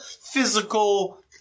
physical